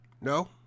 No